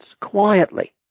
quietly